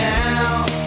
now